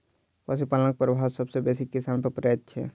पशुपालनक प्रभाव सभ सॅ बेसी किसान पर पड़ैत छै